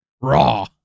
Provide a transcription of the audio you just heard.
Raw